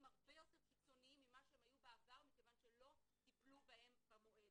הרבה יותר קיצוניים ממה שהם היו בעבר מכיוון שלא טיפלו בהם במועד.